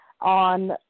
on